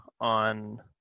on